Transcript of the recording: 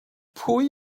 pwy